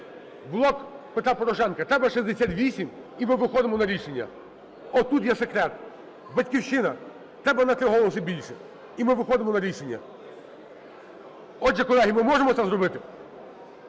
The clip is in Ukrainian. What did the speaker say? "Блок Петра Порошенка", треба 68 – і ми виходимо на рішення. Отут є секрет. "Батьківщина", треба на 3 голоси більше, і ми виходимо на рішення. Отже, колеги, ми можемо це зробити?